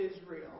Israel